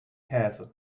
käse